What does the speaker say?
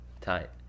Tight